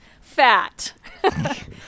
fat